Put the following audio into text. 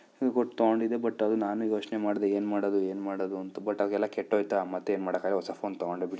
ಕೊಟ್ಟು ತೊಗೊಂಡಿದ್ದೆ ಬಟ್ ಅದು ನಾನು ಯೋಚನೆ ಮಾಡ್ದೆ ಏನು ಮಾಡೋದು ಏನು ಮಾಡೋದು ಅಂತು ಬಟ್ ಅದೆಲ್ಲ ಕೆಟ್ಟೋಯ್ತ ಮತ್ತೇನು ಮಾಡೋಕ್ಕೆ ಆಗದೇ ಹೊಸ ಫೋನ್ ತೊಗೊಂಡೆ ಬಿಡಿ